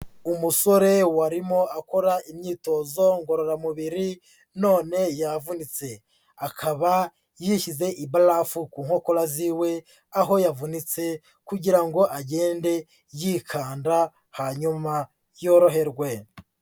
Umusore warimo akora imyitozo ngororamubiri none yavunitse, akaba yishyize ibarafu ku nkokora ziwe, aho yavunitse kugira ngo agende yikanda hanyuma yoroherwe.